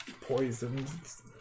poisons